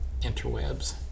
interwebs